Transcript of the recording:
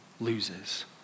loses